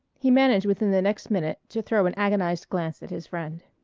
he managed within the next minute to throw an agonized glance at his friend.